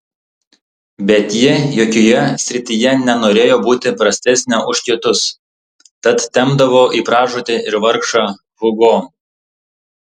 bet ji jokioje srityje nenorėjo būti prastesnė už kitus tad tempdavo į pražūtį ir vargšą hugo